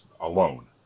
alone